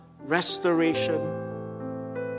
restoration